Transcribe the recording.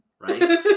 right